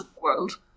world